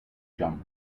jump